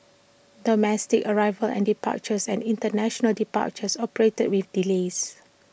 domestic arrivals and departures and International departures operated with delays